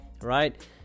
right